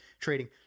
trading